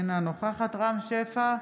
אינה נוכחת רם שפע,